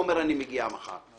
הוא